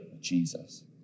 Jesus